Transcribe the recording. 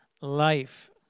life